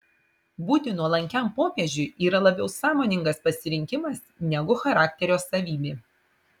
būti nuolankiam popiežiui yra labiau sąmoningas pasirinkimas negu charakterio savybė